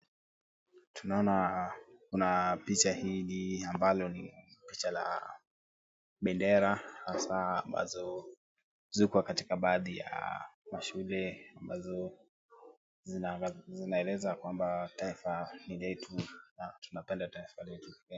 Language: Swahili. Tunaona kuna picha hii ambayo ni picha ya bendera hasa ambazo zi hukuwa katika baadhi ya mashule ambazo zinaeleza ya kwamba taifa ni letu na tunapenda taifa letu la Kenya.